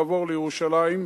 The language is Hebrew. לעבור לירושלים,